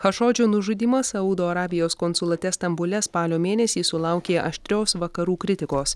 chašodžio nužudymas saudo arabijos konsulate stambule spalio mėnesį sulaukė aštrios vakarų kritikos